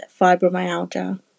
fibromyalgia